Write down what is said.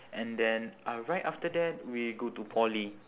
and then uh right after that we go to poly